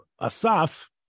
Asaf